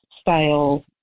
style